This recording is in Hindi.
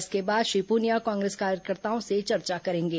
इसके बाद श्री पुनिया कांग्रेस कार्यकर्ताओं से चर्चा करेंगे